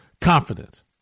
confident